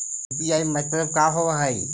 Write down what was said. UPI मतलब का होब हइ?